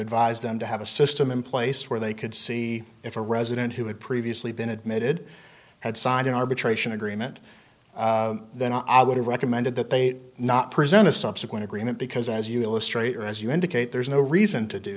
advised them to have a system in place where they could see if a resident who had previously been admitted had signed an arbitration agreement then i would have recommended that they not present a subsequent agreement because as you illustrate or as you indicate there is no reason to do